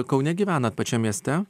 kaune gyvenat pačiam mieste